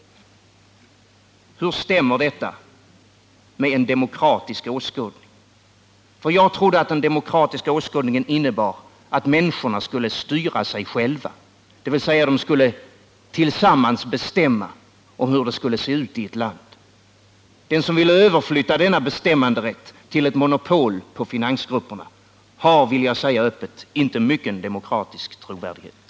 Hur stämmer detta med en demokratisk åskådning? Jag trodde att den demokratiska åskådningen innebar att människorna skulle styra sig själva, och de skulle tillsammans bestämma om hur det skulle se ut i ett land. Den som vill göra denna bestämmanderätt till ett monopol för finansgrupperna har, vill jag säga öppet, inte mycken demokratisk trovärdighet.